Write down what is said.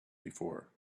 before